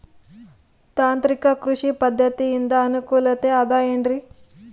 ತಾಂತ್ರಿಕ ಕೃಷಿ ಪದ್ಧತಿಯಿಂದ ಅನುಕೂಲತೆ ಅದ ಏನ್ರಿ?